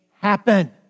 happen